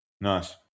Nice